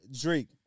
Drake